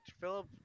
Philip